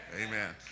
Amen